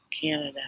Canada